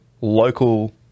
local